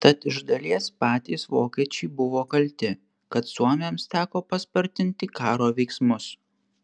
tad iš dalies patys vokiečiai buvo kalti kad suomiams teko paspartinti karo veiksmus